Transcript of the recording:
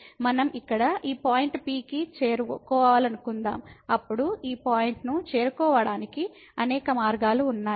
మనం ఇక్కడ ఈ పాయింట్ P కి చేరుకోవాలనుకుందాం అప్పుడు ఈ పాయింట్ను చేరుకోవడానికి అనేక మార్గాలు ఉన్నాయి